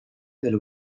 del